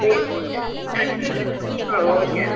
okay